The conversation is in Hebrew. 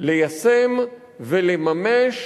ליישם ולממש